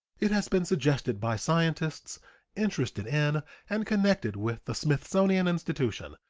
it has been suggested by scientists interested in and connected with the smithsonian institution,